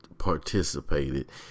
participated